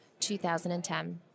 2010